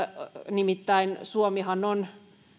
nimittäin suomihan on